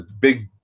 big